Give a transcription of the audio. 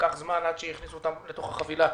לקח זמן עד שהכניסו אותם לתוך החבילה,